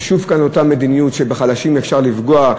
ושוב כאן אותה מדיניות שבחלשים אפשר לפגוע,